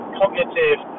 cognitive